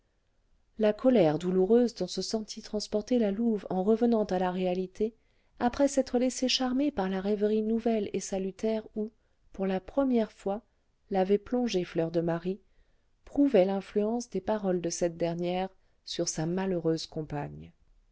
la colère douloureuse dont se sentit transportée la louve en revenant à la réalité après s'être laissé charmer par la rêverie nouvelle et salutaire où pour la première fois l'avait plongée fleur de marie prouvait l'influence des paroles de cette dernière sur sa malheureuse compagne